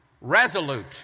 Resolute